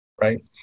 Right